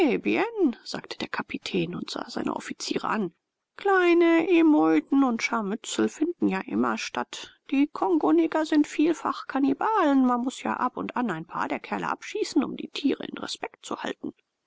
sagte der kapitän und sah seine offiziere an kleine emeuten und scharmützel finden ja immer statt die kongoneger sind vielfach kannibalen man muß ja ab und an ein paar der kerle abschießen um die tiere in respekt zu halten